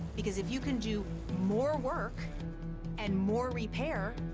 because if you can do more work and more repair,